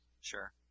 Sure